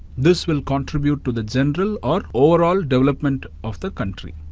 this will contribute to the general or overall development of the country.